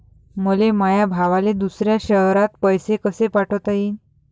मले माया भावाले दुसऱ्या शयरात पैसे कसे पाठवता येईन?